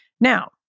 Now